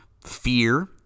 fear